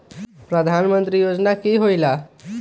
प्रधान मंत्री योजना कि होईला?